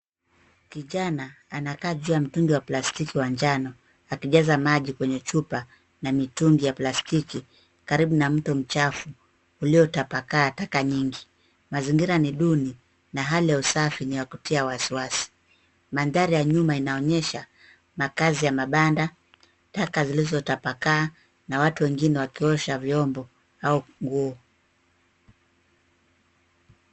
Kijana anakaa juu wa mtungi wa plastiki wa njano akijaza maji kwenye chupa na mitungi ya plastiki karibu na mto mchafu uliotapakaa taka nyingi. Mazingira ni duni na hali ya usafi ni ya kutia wasiwasi. Mandhari ya nyuma inaonyesha makazi ya mabanda, taka zilizotapakaa na watu wengine wakiosha vyombo au nguo.